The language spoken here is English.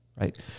right